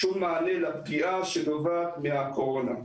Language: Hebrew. שום מענה לפגיעה שנובעת מהקורונה.